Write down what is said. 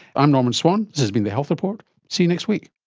i'm norman swan, this has been the health report, see you next week